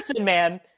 man